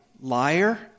liar